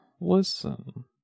listen